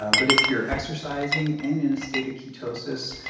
ah but if you're exercising and in a state of ketosis,